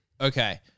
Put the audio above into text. Okay